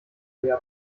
leer